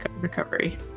recovery